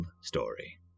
story